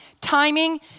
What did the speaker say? Timing